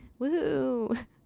Woohoo